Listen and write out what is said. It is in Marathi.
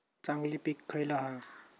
चांगली पीक खयला हा?